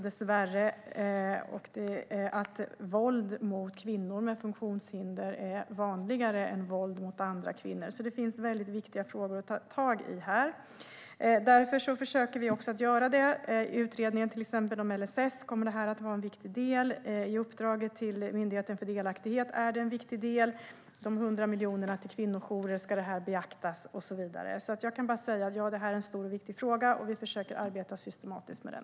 Dessvärre vet vi också att våld mot kvinnor med funktionshinder är vanligare än våld mot andra kvinnor. Det finns alltså viktiga frågor att ta tag i. Vi försöker göra det. I utredningen om LSS till exempel kommer det här att vara en viktig del. I uppdraget till Myndigheten för delaktighet är det en viktig del. I fråga om de 100 miljonerna till kvinnojourer ska det här beaktas och så vidare. Jag kan bara säga: Ja, det här är en stor och viktig fråga. Vi försöker arbeta systematiskt med den.